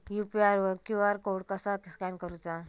UPI वर QR code कसा scan करूचा?